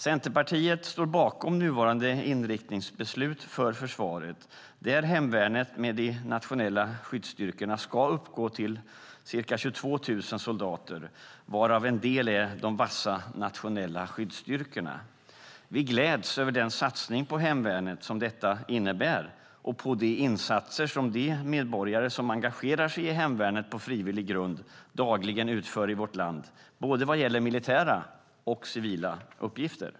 Centerpartiet står bakom nuvarande inriktningsbeslut för försvaret där hemvärnet med de nationella skyddsstyrkorna ska uppgå till ca 22 000 soldater, varav en del är de vassa nationella skyddsstyrkorna. Vi gläds över den satsning på hemvärnet som detta innebär och de insatser som de medborgare som engagerar sig i hemvärnet på frivillig grund dagligen utför i vårt land, vad gäller både militära och civila uppgifter.